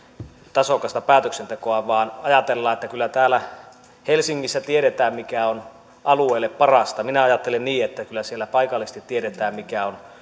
tasokasta päätöksentekoa vaan ajatellaan että kyllä täällä helsingissä tiedetään mikä on alueille parasta minä ajattelen niin että kyllä siellä paikallisesti tiedetään mikä on